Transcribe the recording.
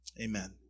amen